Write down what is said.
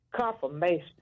Confirmation